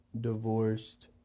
divorced